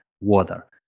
water